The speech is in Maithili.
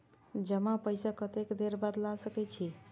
जमा पैसा कतेक देर बाद ला सके छी?